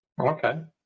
Okay